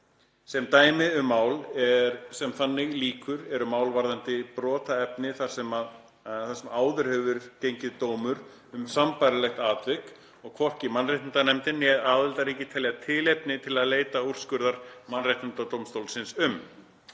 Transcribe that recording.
Sem dæmi um mál sem þannig lýkur eru mál varðandi brotaefni þar sem áður hefur gengið dómur um sambærilegt tilvik og hvorki mannréttindanefndin né aðildarríki telja tilefni til að leita úrskurðar mannréttindadómstólsins um.